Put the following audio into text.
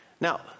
Now